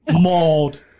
mauled